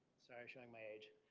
sorry, showing my age.